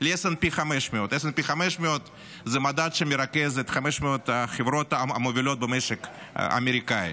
ל-S&P 500,S&P 500 הוא מדד שמרכז את 500 החברות המובילות במשק האמריקאי,